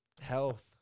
Health